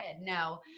No